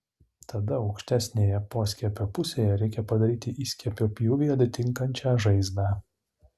tada aukštesnėje poskiepio pusėje reikia padaryti įskiepio pjūvį atitinkančią žaizdą